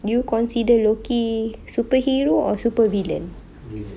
you consider loki superhero or super villain